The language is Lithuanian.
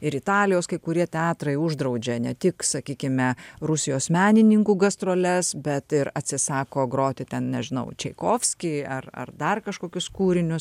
ir italijos kai kurie teatrai uždraudžia ne tik sakykime rusijos menininkų gastroles bet ir atsisako groti ten nežinau čaikovskį ar ar dar kažkokius kūrinius